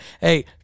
Hey